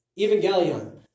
Evangelion